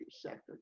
sector